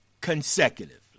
consecutively